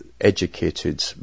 educated